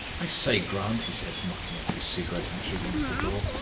i say, grant, he said, knocking off his cigarette ash against the door,